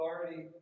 authority